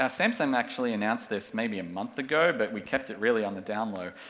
ah samsung um actually announced this maybe a month ago but we kept it really on the downlow,